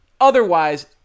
Otherwise